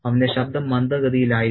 അവന്റെ ശബ്ദം മന്ദഗതിയിലായിരുന്നു